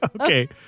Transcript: Okay